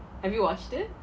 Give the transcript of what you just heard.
have you watched it